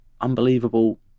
unbelievable